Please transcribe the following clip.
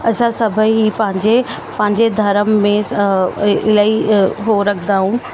असां सभई पंहिंजे पंहिंजे धर्म में इलाही हो रखंदा ऐं